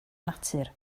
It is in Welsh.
natur